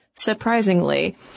surprisingly